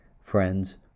friends